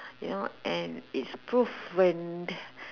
they're not and it's proved when